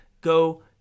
go